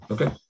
Okay